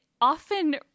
often